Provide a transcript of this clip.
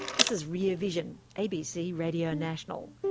this is rear vision, abc radio national.